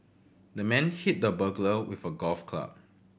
the man hit the burglar with a golf club